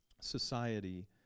society